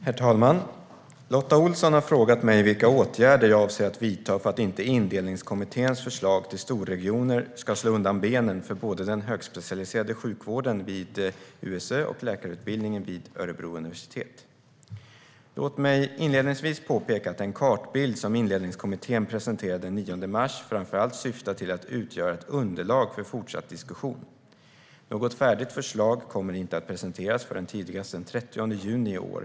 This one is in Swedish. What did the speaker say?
Herr talman! Lotta Olsson har frågat mig vilka åtgärder jag avser att vidta för att inte Indelningskommitténs förslag till storregioner ska slå undan benen för både den högspecialiserade sjukvården vid USÖ och läkarutbildningen vid Örebro universitet. Låt mig inledningsvis påpeka att den kartbild som Indelningskommittén presenterade den 9 mars framför allt syftar till att utgöra ett underlag för fortsatt diskussion. Något färdigt förslag kommer inte att presenteras förrän tidigast den 30 juni i år.